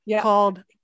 called